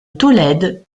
tolède